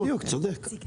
בדיוק, צודק.